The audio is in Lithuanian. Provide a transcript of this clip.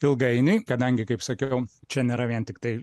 ilgainiui kadangi kaip sakiau čia nėra vien tiktai